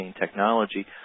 technology